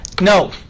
No